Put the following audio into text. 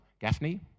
gaffney